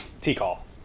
T-call